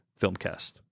Filmcast